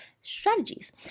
strategies